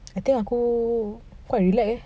I think aku quite relax